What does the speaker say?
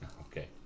Okay